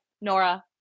nora